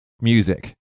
music